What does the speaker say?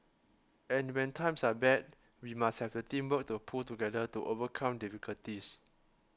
and when times are bad we must have the teamwork to pull together to overcome difficulties